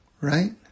right